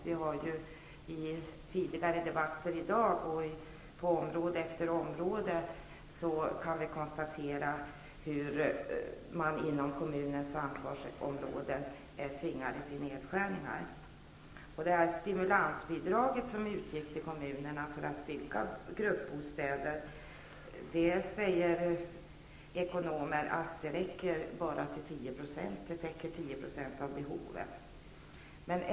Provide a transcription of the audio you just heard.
Vi har i tidigare debatter i dag och på område efter område kunnat konstatera hur man inom kommunens ansvarsområde är tvingad till nedskärningar. Om det stimulansbidrag som utgick till kommunerna för att gruppbostäder skulle byggas säger ekonomer att det bara täcker 10 % av behovet.